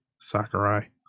Sakurai